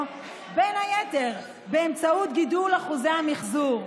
בין היתר באמצעות גידול אחוזי המחזור.